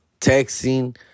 texting